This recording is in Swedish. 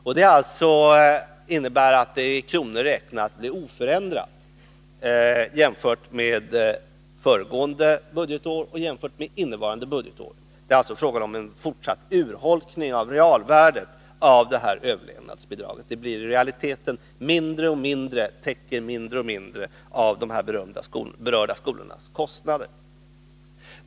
Och det innebär att bidraget i kronor räknat blir oförändrat jämfört med föregående budgetår och innevarande budgetår. Det är alltså fråga om en fortsatt urholkning av realvärdet av överlevnadsbidraget. Det täcker i realiteten mindre och mindre av de berörda skolornas kostnader.